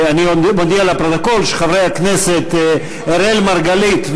אני מודיע לפרוטוקול שחברי הכנסת אראל מרגלית,